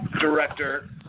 director